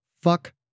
Fuck